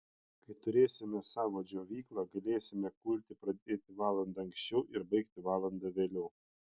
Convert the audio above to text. kai turėsime savą džiovyklą galėsime kulti pradėti valanda anksčiau ir baigti valanda vėliau